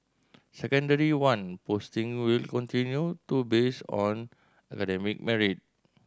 Secondary One postings will continue to based on academic merit